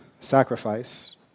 sacrifice